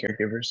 caregivers